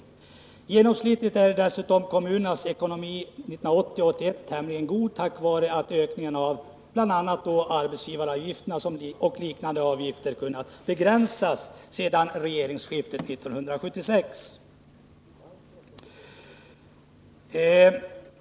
Genomsnittligt är dessutom kommunernas ekonomi 1980/81 tämligen god, tack vare att ökningen av arbetsgivaravgifter och liknande avgifter kunnat begränsas sedan regeringsskiftet 1976.